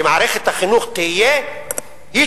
שמערכת החינוך תוציא אנשים,